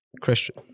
Christian